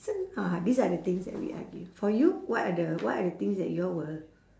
this one ah these are the things that we argue for you what are the what are the things that you all will